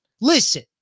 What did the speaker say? Listen